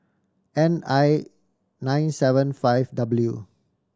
N I nine seven five W